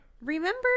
Remember